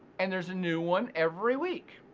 and there's a new one every week,